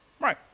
right